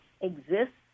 exists